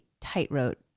tightrope